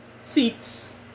Seats